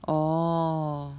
orh